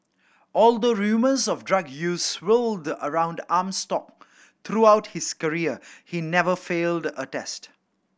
although rumours of drug use swirled around Armstrong throughout his career he never failed a test